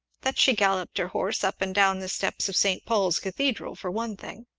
that she galloped her horse up and down the steps of st. paul's cathedral, for one thing.